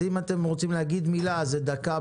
אם אתם רוצים להגיד מילה זה דקה,